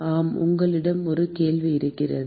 ஆம் உங்களிடம் ஒரு கேள்வி இருந்தது